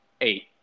eight